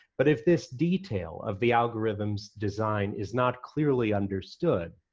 but if this detail of the algorithm's design is not clearly understood,